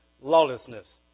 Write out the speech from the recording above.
lawlessness